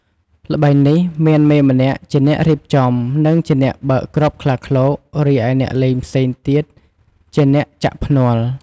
ល្បែងនេះមានមេម្នាក់ជាអ្នករៀបចំ និងជាអ្នកបើកគ្រាប់ខ្លាឃ្លោក រីឯអ្នកលេងផ្សេងទៀតជាអ្នកចាក់ភ្នាល់។